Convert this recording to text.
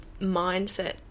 mindset